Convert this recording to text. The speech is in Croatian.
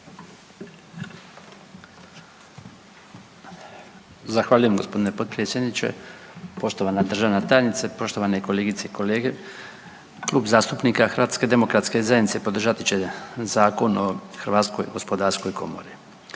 Zahvaljujem gospodine potpredsjedniče. Poštovana državna tajnice, poštovane kolegice i kolege. Klub zastupnika HDZ-a podržat će Zakon o Hrvatskoj gospodarskoj komori.